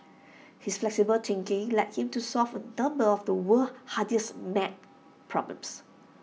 his flexible thinking led him to solve A number of the world's hardest mat problems